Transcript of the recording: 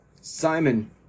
Simon